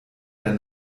der